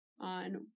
on